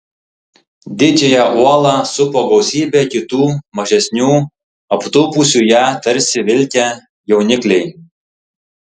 didžiąją uolą supo gausybė kitų mažesnių aptūpusių ją tarsi vilkę jaunikliai